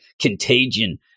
Contagion